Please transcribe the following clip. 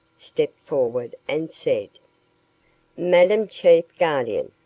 stepped forward and said madame chief guardian,